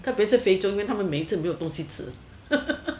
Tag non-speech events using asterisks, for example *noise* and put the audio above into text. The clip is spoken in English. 特别是非洲因为他们每次都是没有东西吃 *laughs*